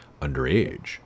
underage